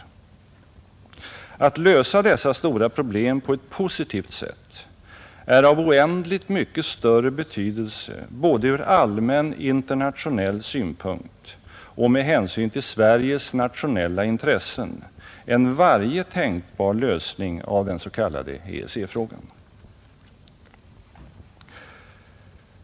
Att lösa dessa stora problem på ett positivt sätt är av oändligt mycket större betydelse både ur allmän internationell synpunkt och med hänsyn till Sveriges nationella intressen än varje tänkbar lösning av den s.k. EEC-frågan.